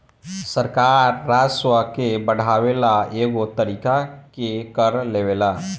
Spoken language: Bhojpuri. सरकार राजस्व के बढ़ावे ला कएगो तरीका के कर लेवेला